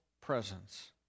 presence